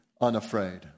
unafraid